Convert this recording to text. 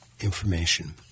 information